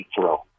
throw